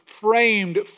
Framed